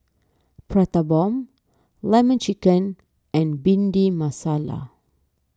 Prata Bomb Lemon Chicken and Bhindi Masala